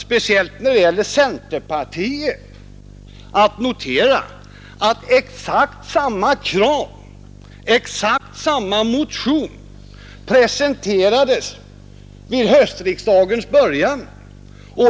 Speciellt när det gäller centerpartiet är det intressant att notera att exakt samma motion presenterades vid höstriksdagens början.